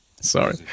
Sorry